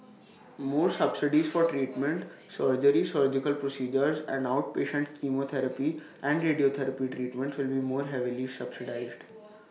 more subsidies for treatment surgery surgical procedures and outpatient chemotherapy and radiotherapy treatments will be more heavily subsidised